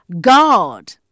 God